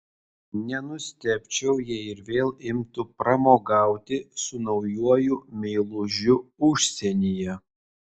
nenustebčiau jei ir vėl imtų pramogauti su naujuoju meilužiu užsienyje